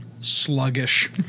Sluggish